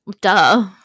duh